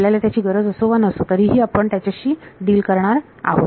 आपल्याला त्याची गरज असो वा नसो तरीही आपण त्याच्याशी डील करणार आहोत